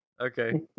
Okay